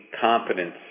competence